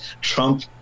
Trump